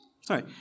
sorry